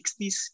60s